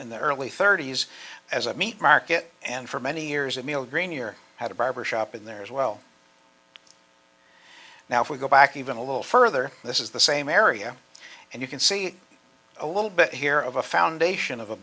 in the early thirty's as a meat market and for many years a meal grenier had a barber shop in there as well now if we go back even a little further this is the same area and you can see a little bit here of a foundation of a